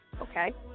okay